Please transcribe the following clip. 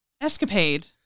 escapade